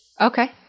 Okay